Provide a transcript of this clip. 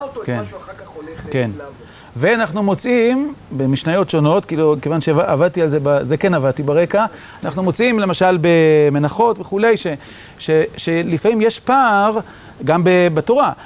כן, כן, ואנחנו מוצאים במשניות שונות, כיוון שעבדתי על זה, זה כן עבדתי ברקע, אנחנו מוצאים למשל במנחות וכולי, שלפעמים יש פער גם בתורה.